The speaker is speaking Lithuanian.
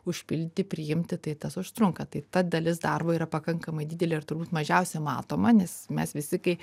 užpildyti priimti tai tas užtrunka tai ta dalis darbo yra pakankamai didelė ir turbūt mažiausia matoma nes mes visi kai